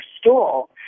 stool